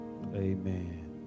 Amen